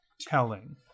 telling